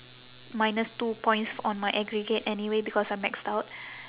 minus two points on my aggregate anyway because I maxed out